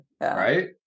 Right